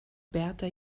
berta